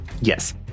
Yes